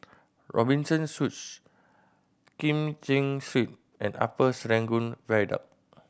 Robinson Suites Kim Cheng Street and Upper Serangoon Viaduct